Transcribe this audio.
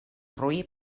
roí